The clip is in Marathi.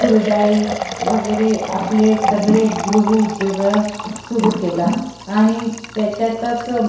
कुरडई वगैरे आपले सगळे गृहउद्योग सुरू केला आणि त्याच्यातच